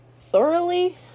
thoroughly